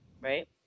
Right